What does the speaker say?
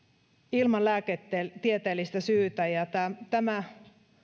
ilman lääketieteellistä syytä ja tämä tämä